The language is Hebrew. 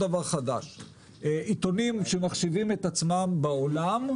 עיתונים שמחשיבים את עצמם בעולם,